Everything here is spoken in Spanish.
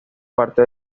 parte